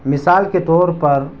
مثال کے طور پر